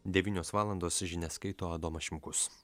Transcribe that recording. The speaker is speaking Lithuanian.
devynios valandos žinias skaito adomas šimkus